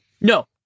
No